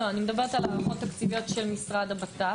אני מדברת על ההערכות התקציביות של משרד הבט"פ.